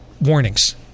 warnings